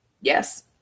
Yes